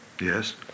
Yes